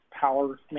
power